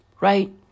Right